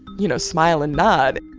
you know, smile and nod.